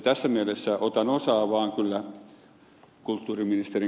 tässä mielessä otan osaa kyllä vaan kulttuuriministeri